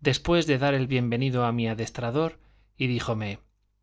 después de dar el bienvenido a mi adestrador y díjome